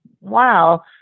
wow